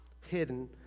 hidden